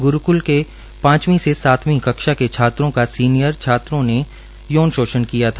गुरूकुल के पांचवीं से सातवीं कक्षा के छात्रों का सीनियर छात्रों ने यौन शोषण किया था